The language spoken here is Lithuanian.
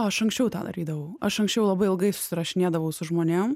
aš anksčiau tą darydavau aš anksčiau labai ilgai susirašinėdavau su žmonėm